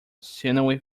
sinewy